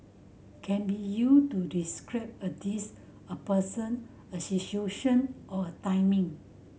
can be used to describe a dish a person a situation or a timing